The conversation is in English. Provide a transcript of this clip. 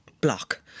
block